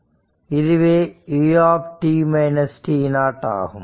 இதுவே u ஆகும்